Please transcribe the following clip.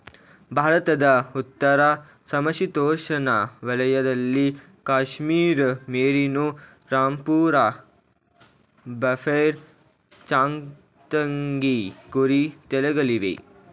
ಭಾರತದ ಉತ್ತರ ಸಮಶೀತೋಷ್ಣ ವಲಯದಲ್ಲಿ ಕಾಶ್ಮೀರಿ ಮೇರಿನೋ, ರಾಂಪುರ ಬಫೈರ್, ಚಾಂಗ್ತಂಗಿ ಕುರಿ ತಳಿಗಳಿವೆ